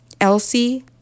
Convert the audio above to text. Elsie